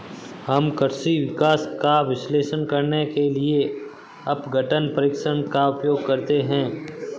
हम कृषि विकास का विश्लेषण करने के लिए अपघटन परीक्षण का उपयोग करते हैं